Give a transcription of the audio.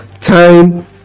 time